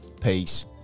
Peace